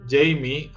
Jamie